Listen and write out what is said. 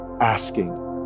asking